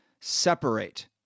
separate